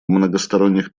многосторонних